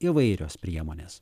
įvairios priemonės